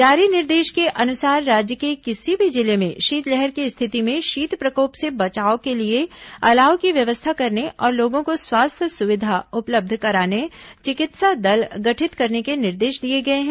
जारी निर्देश के अनुसार राज्य के किसी भी जिले में शीतलहर की स्थिति में शीत प्रकोप से बचाव के लिए अलाव की व्यवस्था करने और लोगों को स्वास्थ्य सुविधा उपलब्ध कराने चिकित्सा दल गठित करने के निर्देश दिए गए हैं